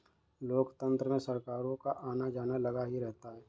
लोकतंत्र में सरकारों का आना जाना लगा ही रहता है